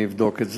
אני אבדוק את זה.